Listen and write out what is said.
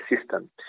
system